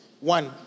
One